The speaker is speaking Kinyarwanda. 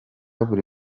buri